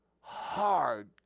hard